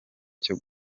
cyo